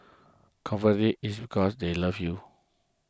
conversely it's because they love you